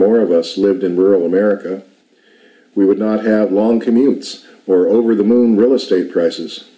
more of us lived in rural america we would not have long commutes were over the moon real estate prices